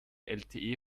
lte